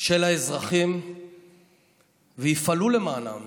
של האזרחים ויפעלו למענם.